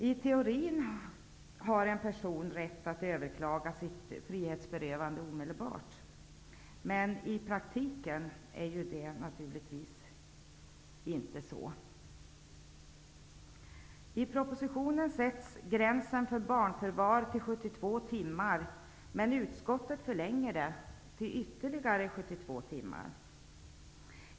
I teorin har en person rätt att överklaga sitt frihetsberövande omedelbart, men i praktiken är det naturligtvis inte så. timmar, men utskottet förlänger tiden till ytterligare 72 timmar.